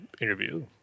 interview